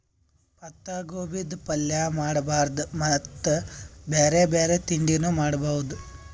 ಪತ್ತಾಗೋಬಿದ್ ಪಲ್ಯ ಮಾಡಬಹುದ್ ಮತ್ತ್ ಬ್ಯಾರೆ ಬ್ಯಾರೆ ತಿಂಡಿನೂ ಮಾಡಬಹುದ್